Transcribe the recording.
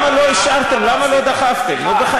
מה שאני עשיתי בשביל יהודי אתיופיה אתה לא עשית.